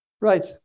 Right